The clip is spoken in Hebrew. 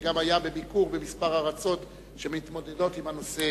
וגם היה בביקור בכמה ארצות שמתמודדות עם הנושא,